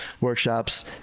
workshops